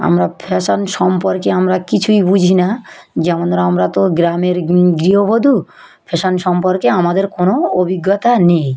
আমরা ফ্যাশান সম্পর্কে আমরা কিছুই বুঝি না যেমন ধরো আমরা তো গ্রামের গৃহবধূ ফ্যাশান সম্পর্কে আমাদের কোনো অভিজ্ঞতা নেই